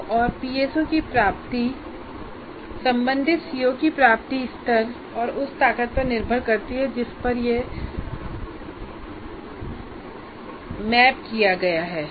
PO या PSO की प्राप्ति संबंधित सीओ के प्राप्ति स्तर और उस ताकत पर निर्भर करती है जिस पर यह मैप किया गया है